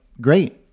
great